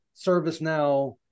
ServiceNow